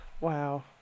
Wow